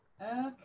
Okay